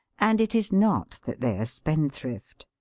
and it is not that they are spendthrift.